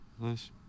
Nice